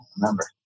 remember